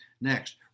Next